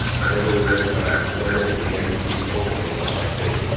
i never would miss mass on sunday and began to speak openly about my faith.